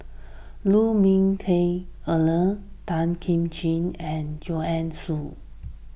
Lu Ming Teh Earl Tan Kim Ching and Joanne Soo